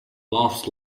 laughs